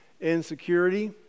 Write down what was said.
Insecurity